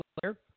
player